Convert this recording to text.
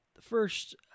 First